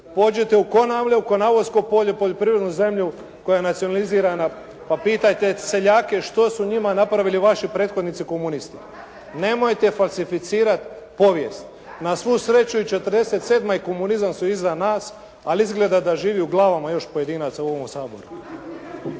Pođite u Konavle i u Konavosko polje, poljoprivrednu zemlju koja je nacionalizirana pa pitajte seljake što su njima napravili vaši prethodnici komunisti. … /Upadica se ne čuje./ … Nemojte falsificirat povijest. Na svu sreću i '47. i komunizam su iza nas, ali izgleda da živi u glavama još pojedinaca u ovomu Saboru.